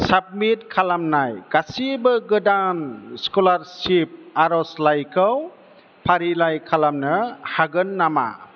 submit खालामनाय गासिबो गोदान स्कलारसिप आर'जलाइखौ फारिलाइ खालामनो हागोन नामा